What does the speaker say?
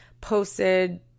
posted